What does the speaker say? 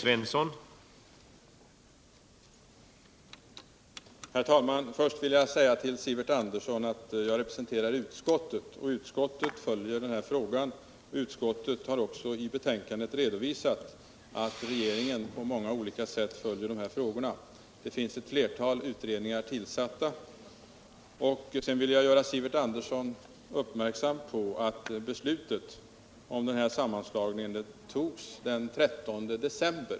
Herr talman! Först vill jag säga till Sivert Andersson att jag representerar utskottet och att utskottet följer ärendet. Utskottet har också i betänkandet redovisat att regeringen på många olika sätt följer utvecklingen i de här frågorna. Ett flertal utredningar har sålunda tillsatts. Vidare vill jag göra Sivert Andersson uppmärksam på att beslutet om sammanslagningen togs den 13 december.